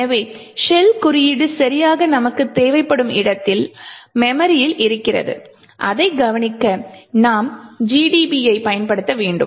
எனவே ஷெல் குறியீடு சரியாக நமக்குத் தேவைப்படும் இடத்தில் மெமரியில் இருக்கிறது அதை கவனிக்க நாம் GDB ஐப் பயன்படுத்த வேண்டும்